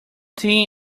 tin